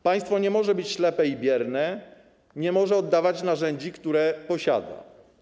Państwo nie może być ślepe i bierne, nie może oddawać narzędzi, które posiada.